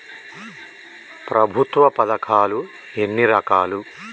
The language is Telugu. ప్రభుత్వ పథకాలు ఎన్ని రకాలు?